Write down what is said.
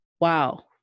wow